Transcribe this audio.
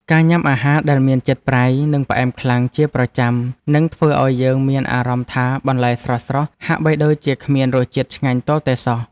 ការញ៉ាំអាហារដែលមានជាតិប្រៃ និងផ្អែមខ្លាំងជាប្រចាំនឹងធ្វើឲ្យយើងមានអារម្មណ៍ថាបន្លែស្រស់ៗហាក់បីដូចជាគ្មានរសជាតិឆ្ងាញ់ទាល់តែសោះ។